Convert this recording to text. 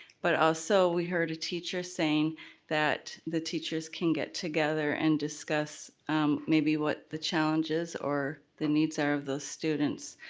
but also we heard a teacher saying that the teachers can get together and discuss maybe what the challenges or the needs are of the students.